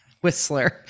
whistler